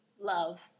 love